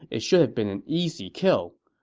it should have been an easy kill,